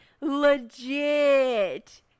legit